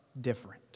different